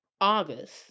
August